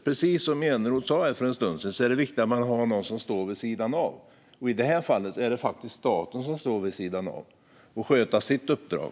Precis som Eneroth sa här för en stund sedan är det viktigt att man har någon som står vid sidan av, och i det här fallet är det faktiskt staten som står vid sidan av och ska sköta sitt uppdrag.